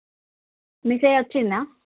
message వచ్చిందా